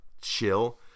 chill